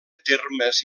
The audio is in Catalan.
termes